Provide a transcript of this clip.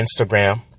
Instagram